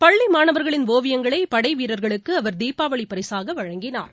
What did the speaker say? பள்ளி மாணவர்களின் ஒவியங்களை படை வீரர்களுக்கு அவர் தீபாவளி பரிசாக வழங்கினார்